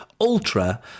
Ultra